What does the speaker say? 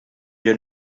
allò